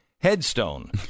headstone